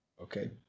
okay